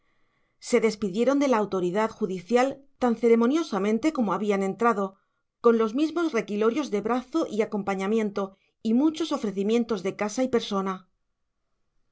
se despidieron de la autoridad judicial tan ceremoniosamente como habían entrado con los mismos requilorios de brazo y acompañamiento y muchos ofrecimientos de casa y persona